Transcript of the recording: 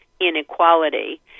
inequality